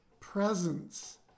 presence